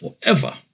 forever